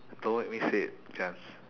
don't make me say it gus